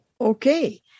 Okay